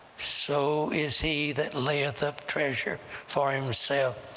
so is he that layeth up treasure for himself,